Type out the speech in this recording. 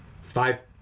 Five